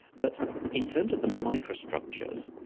but in terms of the micro-structures,